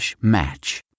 match